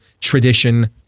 tradition